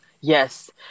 Yes